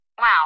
Wow